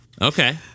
Okay